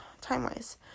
time-wise